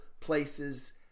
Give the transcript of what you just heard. places